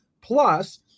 Plus